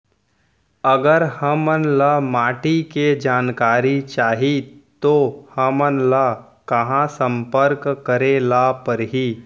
अगर हमन ला माटी के जानकारी चाही तो हमन ला कहाँ संपर्क करे ला चाही?